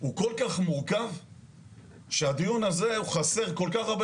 הוא כל כך מורכב שהדיון הזה הוא חסר כל כך הרבה